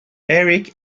eric